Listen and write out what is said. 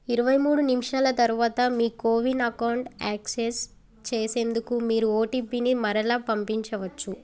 ఇరవై మూడు నిమిషాల తరువాత మీ కోవిన్ అకౌంట్ యాక్సెస్ చేసేందుకు మీరు ఓటిపిని మరలా పంపించవచ్చు